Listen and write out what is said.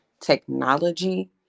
technology